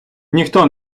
ніхто